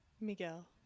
Miguel